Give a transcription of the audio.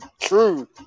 true